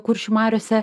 kuršių mariose